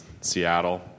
Seattle